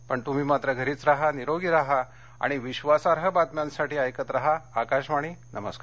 पण तृम्ही मात्र घरीच राहा निरोगी राहा आणि विधासार्ह बातम्यांसाठी ऐकत राहा आकाशवाणी नमस्कार